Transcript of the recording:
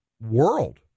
world